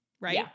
Right